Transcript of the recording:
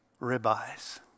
ribeyes